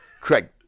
Craig